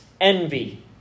envy